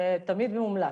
זה תמיד מומלץ.